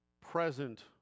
present